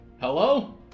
Hello